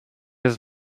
his